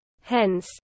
Hence